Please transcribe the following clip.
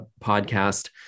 podcast